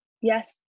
yes